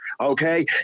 okay